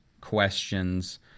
questions